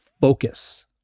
focus